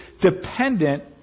dependent